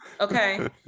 okay